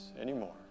Anymore